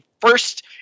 first